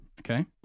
Okay